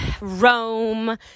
Rome